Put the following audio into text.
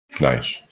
Nice